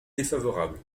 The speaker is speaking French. défavorable